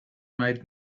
made